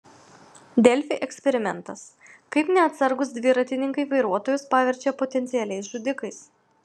delfi eksperimentas kaip neatsargūs dviratininkai vairuotojus paverčia potencialiais žudikais